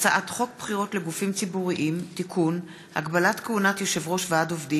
הצעת חוק לתיקון פקודת מס הכנסה (נקודת זיכוי ליחיד ששוכר דירת מגורים),